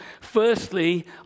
Firstly